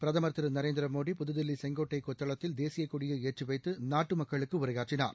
பிரதமர் திரு நரேந்திர மோடி புதுதில்லி செங்கோட்டை கொத்தளத்தில் தேசிய கொடியை ஏற்றிவைத்து நாட்டு மக்களுக்கு உரையாற்றினார்